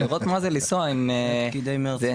לראות מה זה לנסוע עם כל זה.